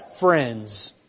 friends